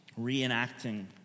reenacting